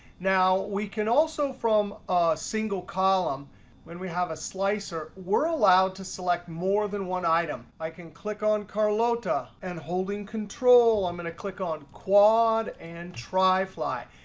now we can also from, a single column when we have a slicer, we're allowed to select more than one item. i can click on carlota, and holding control i'm going to click on quad and tri fly.